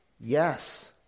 Yes